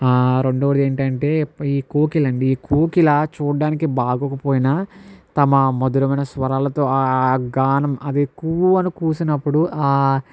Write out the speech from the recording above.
రెండోది ఏంటంటే ఈ కోకిల అండి ఈ కోకిల చూడ్డానికి బాగోకపోయినా తమ మధురమైన స్వరాలతో ఆ గానం అది కూ అని కూసినప్పుడు